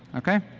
okay?